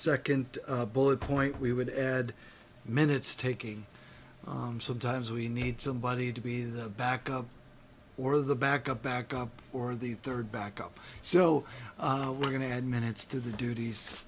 second bullet point we would add minutes taking sometimes we need somebody to be the backup or the backup backup or the third backup so we're going to add minutes to the duties